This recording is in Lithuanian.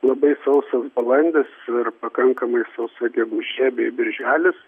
labai sausas balandis ir pakankamai sausa gegužė bei birželis